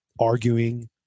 arguing